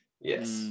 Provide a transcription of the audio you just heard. Yes